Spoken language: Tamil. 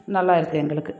நல்லாயிருக்கு எங்களுக்கு